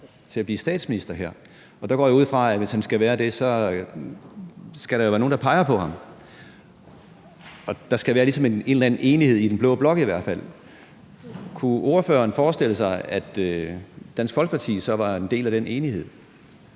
til at blive statsminister, og jeg går ud fra, at hvis han skal være det, skal der jo være nogle, der peger på ham; der skal i hvert fald være en eller anden form for enighed i den blå blok. Kunne ordføreren forestille sig, at Dansk Folkeparti så var en del af den enighed?